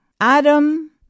Adam